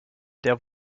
der